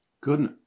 Good